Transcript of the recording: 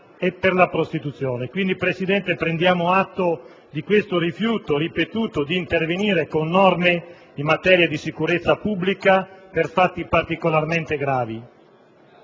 per la prostituzione. Quindi, signor Presidente, prendiamo atto di questo rifiuto ripetuto di intervenire con norme in materia di sicurezza pubblica per fatti particolarmente gravi.